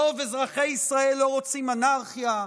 רוב אזרחי ישראל לא רוצים אנרכיה,